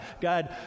God